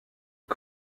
sur